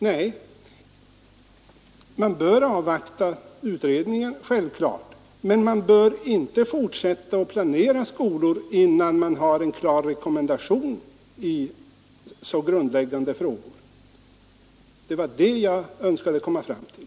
Nej, man bör självklart avvakta utredningen, men man bör inte fortsätta att planera skolor innan man har en klar rekommendation i så grundläggande frågor. Det var det jag önskade komma fram till.